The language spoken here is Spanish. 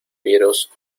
fieros